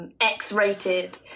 X-rated